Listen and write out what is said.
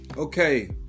Okay